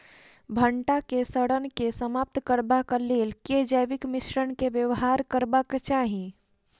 भंटा केँ सड़न केँ समाप्त करबाक लेल केँ जैविक मिश्रण केँ व्यवहार करबाक चाहि?